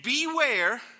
beware